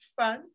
Fun